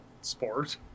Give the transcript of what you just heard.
sport